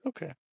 Okay